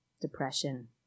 depression